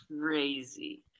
crazy